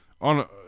on